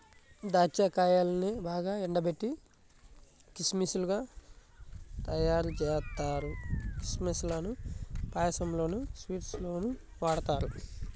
దాచ్చా కాయల్నే బాగా ఎండబెట్టి కిస్మిస్ లుగా తయ్యారుజేత్తారు, కిస్మిస్ లను పాయసంలోనూ, స్వీట్స్ లోనూ వాడతారు